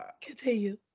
Continue